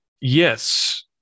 Yes